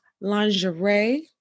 Lingerie